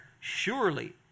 surely